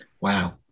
Wow